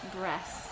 breasts